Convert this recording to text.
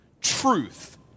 Truth